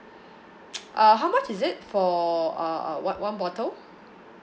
uh how much is it for uh uh one one bottle